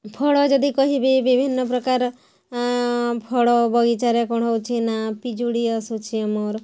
ଫଳ ଯଦି କହିବି ବିଭିନ୍ନ ପ୍ରକାର ଫଳ ବଗିଚାରେ କ'ଣ ହଉଛି ନା ପିଜୁଳି ଆସୁଛି ମୋର